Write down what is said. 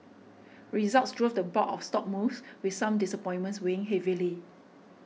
results drove the bulk of stock moves with some disappointments weighing heavily